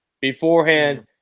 beforehand